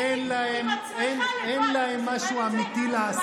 אין להם, אתה ניהלת שמית עם עצמך לבד.